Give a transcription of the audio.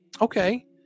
okay